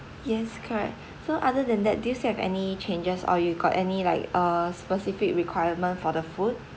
yes correct so other than that do you still have any changes or you got any like uh specific requirement for the food